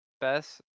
best